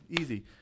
easy